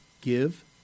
give